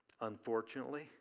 unfortunately